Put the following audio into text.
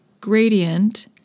gradient